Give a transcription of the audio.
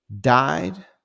died